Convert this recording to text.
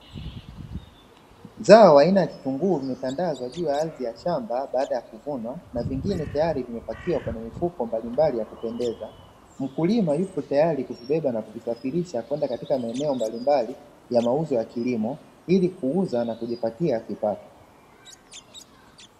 Zao aina ya kitunguu limetandazwa juu ya ardhi ya shamba baada ya a kuvunwa na vingine tayari vimepakiwa katika mifuko mbalimbali ya kupendeza. Mkulima yupo tayari kuvibeba kuzisafirisha kwenda maeneo mbalimbali ya mauzo ya kilimo ili kuuza na kujipatia kipato.